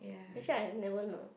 actually I have never no